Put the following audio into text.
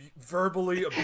verbally